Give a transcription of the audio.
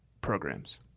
programs